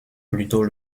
plutôt